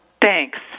thanks